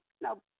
no